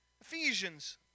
Ephesians